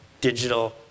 digital